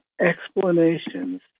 explanations